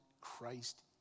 Christ